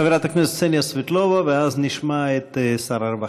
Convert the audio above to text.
חברת הכנסת קסניה סבטלובה, ואז נשמע את שר הרווחה.